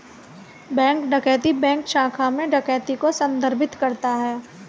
bank डकैती bank शाखा में डकैती को संदर्भित करता है